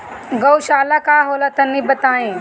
गौवशाला का होला तनी बताई?